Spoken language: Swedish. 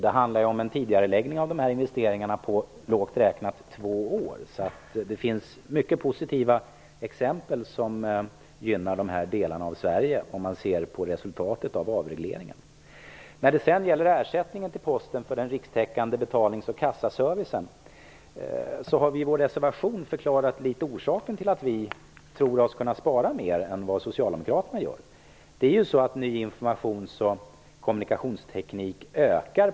Det handlar om en tidigareläggning av de här investeringarna på lågt räknat två år. Det finns alltså mycket positiva exempel på att de här delarna av Sverige gynnas, om man ser på resultatet av avregleringen. När det sedan gäller ersättningen till Posten för den rikstäckande betalnings och kassaservicen har vi i vår reservation förklarat något av orsaken till att vi tror oss kunna spara mer än vad Socialdemokraterna gör.